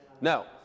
Now